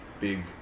big